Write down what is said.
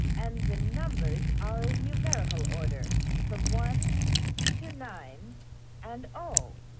and the numbers are in numerical order from one to nine and o,